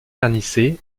vernissées